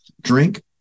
drink